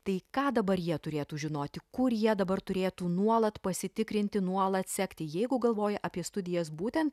tai ką dabar jie turėtų žinoti kur jie dabar turėtų nuolat pasitikrinti nuolat sekti jeigu galvoja apie studijas būtent